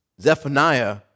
Zephaniah